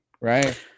right